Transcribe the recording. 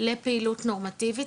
לפעילות נורמטיבית,